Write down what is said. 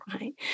right